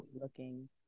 looking